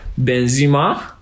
Benzema